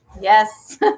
Yes